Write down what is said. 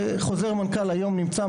חוזר מנכ"ל היום נמצא,